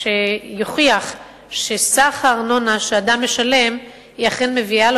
כלשהו שיוכיח שסך הארנונה שאדם משלם אכן מביא לו